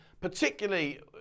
particularly